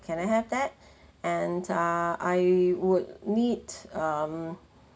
can I have that and ah I would need um